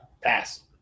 Pass